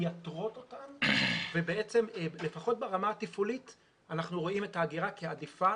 מייתרות אותן ובעצם לפחות ברמה התפעולית אנחנו רואים את האגירה כעדיפה,